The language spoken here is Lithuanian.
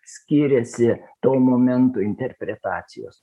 skiriasi tuo momentu interpretacijos